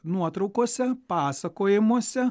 nuotraukose pasakojimuose